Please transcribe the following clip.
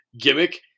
gimmick